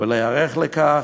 ולהיערך לכך.